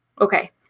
Okay